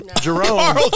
Jerome